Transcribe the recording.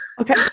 Okay